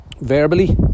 Verbally